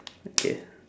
okay